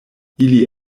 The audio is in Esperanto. ili